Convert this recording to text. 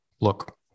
look